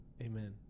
amen